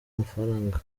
amafaranga